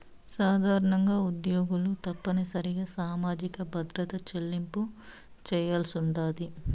సాధారణంగా ఉద్యోగులు తప్పనిసరిగా సామాజిక భద్రత చెల్లింపులు చేయాల్సుండాది